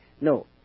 No